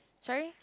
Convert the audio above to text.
sorry